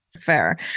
Fair